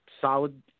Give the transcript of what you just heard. solid